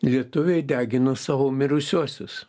lietuviai degino savo mirusiuosius